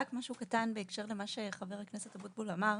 אני רוצה רק להגיד משהו קטן בהקשר למה שחבר הכנסת משה אבוטבול אמר.